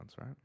right